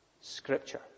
Scripture